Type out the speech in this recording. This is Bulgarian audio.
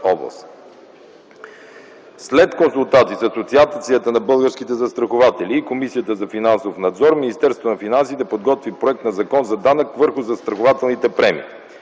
След консултации с Асоциацията на българските застрахователи и Комисията за финансов надзор Министерството на финансите подготви проект на Закон за данък върху застрахователните премии.